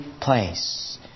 place